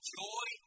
joy